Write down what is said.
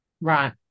Right